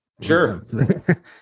Sure